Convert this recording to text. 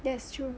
that's true